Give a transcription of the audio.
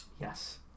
Yes